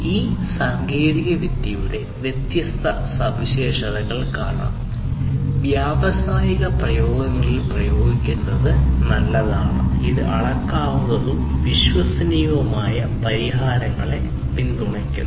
ഈ സാങ്കേതികവിദ്യയുടെ വ്യത്യസ്ത സവിശേഷതകൾ കാരണം വ്യാവസായിക പ്രയോഗങ്ങളിൽ ഉപയോഗിക്കുന്നത് നല്ലതാണ് ഇത് അളക്കാവുന്നതും വിശ്വസനീയവുമായ പരിഹാരങ്ങളെ പിന്തുണയ്ക്കുന്നു